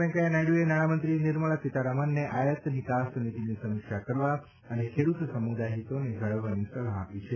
વૈંકેયા નાયડુએ નાણામંત્રી નિર્મળા સીતારમણને આયાત નિકાસ નીતીની સમિક્ષા કરવા અને ખેડૂત સમુદાય હિતોને જાળવવાની સલાહ આપી હતી